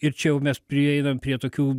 ir čia jau mes prieinam prie tokių